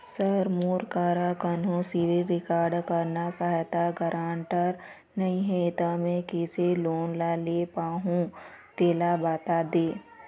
sir मोर करा कोन्हो सिविल रिकॉर्ड करना सहायता गारंटर नई हे ता मे किसे लोन ले पाहुं तेला बता दे